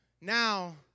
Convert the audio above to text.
Now